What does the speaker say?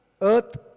Earth